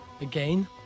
again